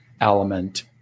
element